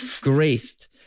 graced